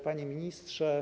Panie Ministrze!